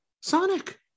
Sonic